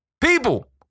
people